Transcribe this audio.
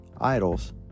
idols